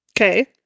okay